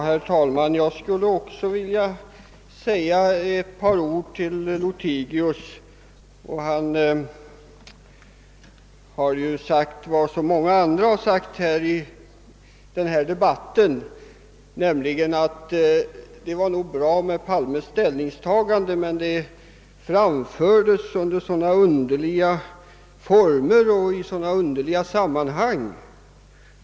Herr talman! Jag skulle också vilja säga ett par ord till herr Lothigius. Han har ju liksom så många andra i denna debatt sagt, att det var nog bra med herr Palmes ställningstagande, men det gjordes under så underliga former och i ett så underligt sammanhang.